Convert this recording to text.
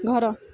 ଘର